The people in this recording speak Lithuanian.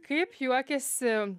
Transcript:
kaip juokiasi